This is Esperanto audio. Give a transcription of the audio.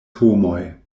homoj